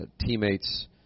teammates